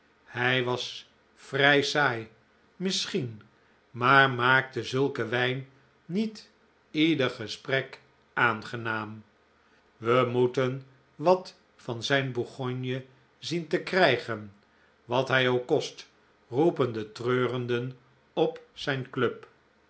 hij was vrij saai misschien maar maakte zulke wijn niet ieder gesprek aangenaam we moeten wat van zijn bourgogne zien te krijgen wat hij ook kost roepen de treurenden op zijn club